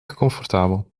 comfortabel